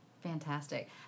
Fantastic